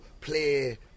play